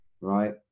right